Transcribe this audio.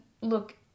Look